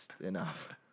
Enough